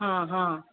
हा हा